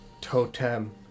totem